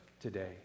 today